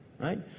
Right